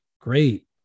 great